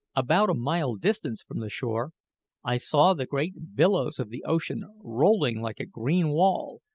about a mile distant from the shore i saw the great billows of the ocean rolling like a green wall,